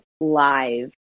live